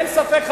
אין ספק,